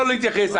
לא להתייחס,